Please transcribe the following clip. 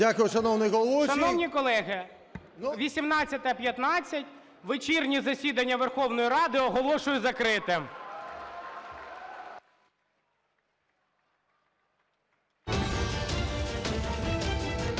Шановні колеги, 18:15. Вечірнє засідання Верховної Ради оголошую закритим.